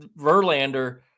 Verlander